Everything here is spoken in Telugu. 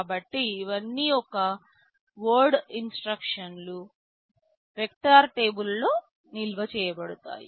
కాబట్టి ఇవన్నీ ఒక వర్డ్ ఇన్స్ట్రక్షన్లు వెక్టర్ టేబుల్లో నిల్వ చేయబడతాయి